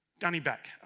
dani beck,